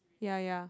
ya ya